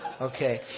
Okay